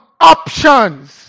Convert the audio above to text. options